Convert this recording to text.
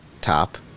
top